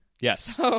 Yes